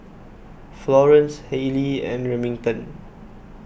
Florence Halley and Remington